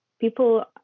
people